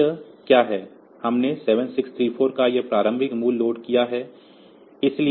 तो यह क्या है हमने 7634 का यह प्रारंभिक मूल्य लोड किया है